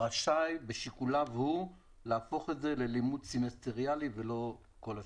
רשאי בשיקוליו הוא להפוך את זה ללימוד סמסטריאלי ולא כל השנה.